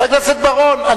חבר הכנסת בר-און,